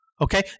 Okay